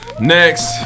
Next